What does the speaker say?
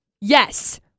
Yes